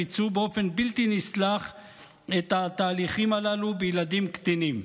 ביצעו באופן בלתי נסלח את התהליכים הללו בילדים קטינים.